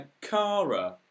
Kara